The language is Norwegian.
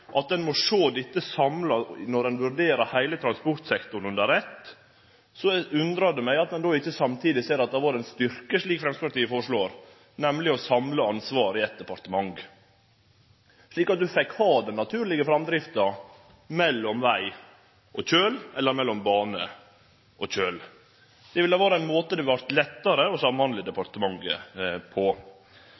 at ein må sjå dette samla når ein vurderer heile transportsektoren under eitt, undrar det meg at ein ikkje då samtidig ser at det hadde vore ein styrke om ein hadde samla ansvaret i eitt departement, slik Framstegspartiet foreslår, så ein kunne ha den naturlege framdrifta mellom veg og kjøl eller mellom bane og kjøl. På den måten ville det ha vore lettare med samhandling. Eg meiner det